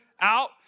out